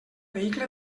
vehicle